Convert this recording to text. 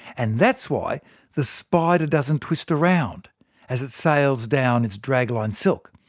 and that's why the spider doesn't twist around as it sails down its dragline silk.